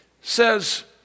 says